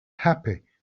happy